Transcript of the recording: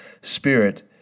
Spirit